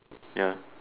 ya